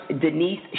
Denise